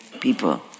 people